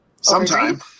Sometime